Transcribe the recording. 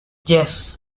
yes